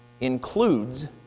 includes